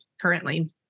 currently